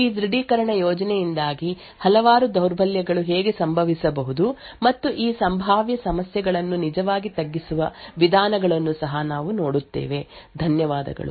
ಈ ದೃಢೀಕರಣ ಯೋಜನೆಯಿಂದಾಗಿ ಹಲವಾರು ದೌರ್ಬಲ್ಯಗಳು ಹೇಗೆ ಸಂಭವಿಸಬಹುದು ಮತ್ತು ಈ ಸಂಭಾವ್ಯ ಸಮಸ್ಯೆಗಳನ್ನು ನಿಜವಾಗಿ ತಗ್ಗಿಸುವ ವಿಧಾನಗಳನ್ನು ಸಹ ನಾವು ನೋಡುತ್ತೇವೆ ಧನ್ಯವಾದಗಳು